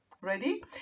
Ready